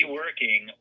working